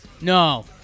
No